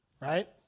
right